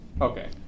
Okay